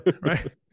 right